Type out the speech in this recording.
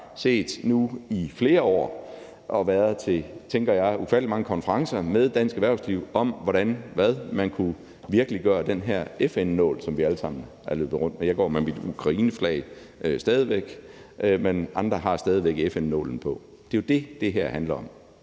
jeg nu i flere år set det og været til ufattelig mange konferencer, tænker jeg, med dansk erhvervsliv om, hvordan man kunne virkeliggøre den her FN-nål, som vi alle sammen har løbet rundt med. Jeg går stadig væk med mit ukraineflag, men andre har stadig væk FN-nålen på, og det er jo det, det her handler om.